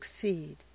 succeed